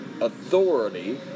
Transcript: authority